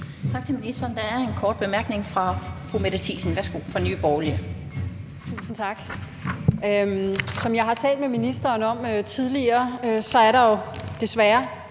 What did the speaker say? Tak til ministeren. Der er en kort bemærkning fra fru Mette Thiesen, Nye Borgerlige. Værsgo. Kl. 15:38 Mette Thiesen (NB): Tusind tak. Som jeg har talt med ministeren om tidligere, er der jo desværre